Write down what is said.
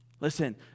listen